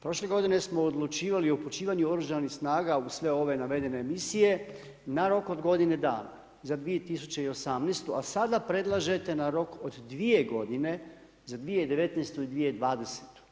Prošle godine smo odlučivali o upućivanju Oružanih snaga u sve ove navedene misije na rok od godine dana, za 2018. a sada predlažete na rok od 2 godine, za 2019. i 2020.